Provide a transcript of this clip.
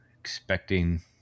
Expecting